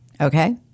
okay